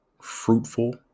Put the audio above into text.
fruitful